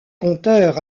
conteur